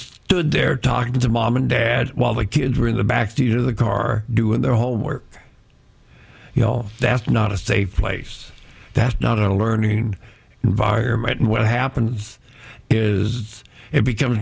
stood there talking to mom and dad while the kids were in the back to the car doing their homework you know that's not a safe place that's not a learning environment and what happens is it become